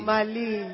Mali